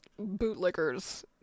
bootlickers